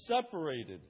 separated